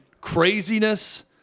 craziness